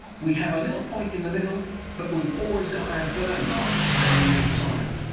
we have a little point in the middle but we've always got our burn mark around the outside.